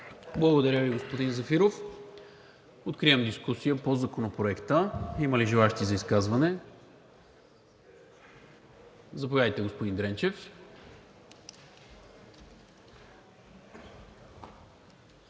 Благодаря Ви, господин Зафиров. Откривам дискусия по Законопроекта. Има ли желаещи за изказване? Заповядайте, господин Дренчев.